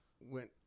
went